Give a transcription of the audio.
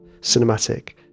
cinematic